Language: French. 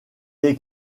est